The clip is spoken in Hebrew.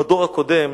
בדור הקודם,